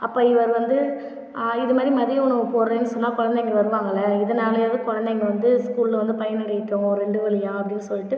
அப்போ இவர் வந்து இது மாதிரி மதிய உணவு போடுகிறேனு சொன்னால் குழந்தைங்கள் வருவாங்கள இதனாலேயாவது குழந்தைகள் வந்து ஸ்கூலில் வந்து பயனடையட்டும் ஒரு ரெண்டு வழியாக அப்படினு சொல்லிட்டு